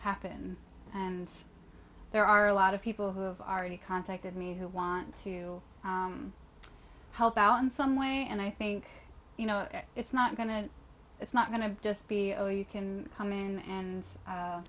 happen and there are a lot of people who have already contacted me who want to help out in some way and i think you know it's not going to it's not going to just be oh you can come in and